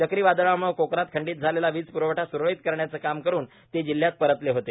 चक्रीवादळाम्ळे कोकणात खंडित झालेला वीज प्रवठा स्रळीत करण्याचं काम करून ते जिल्ह्यात परतले होते